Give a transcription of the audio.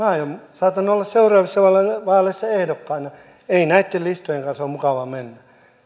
saatan olla seuraavissa vaaleissa ehdokkaana eikä näitten listojen kanssa ole mukava mennä